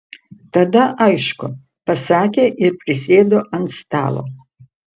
tada aišku pasakė ir prisėdo ant stalo